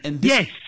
Yes